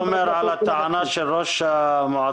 מה אתה אומר על הטענה של ראש המועצה